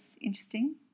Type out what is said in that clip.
interesting